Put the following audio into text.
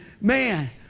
Man